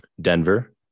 Denver